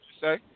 say